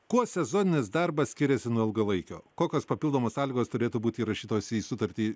kuo sezoninis darbas skiriasi nuo ilgalaikio kokios papildomos sąlygos turėtų būti įrašytos į sutartį